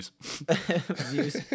Views